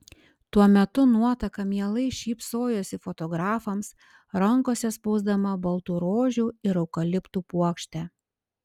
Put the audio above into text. tuo metu nuotaka mielai šypsojosi fotografams rankose spausdama baltų rožių ir eukaliptų puokštę